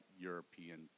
European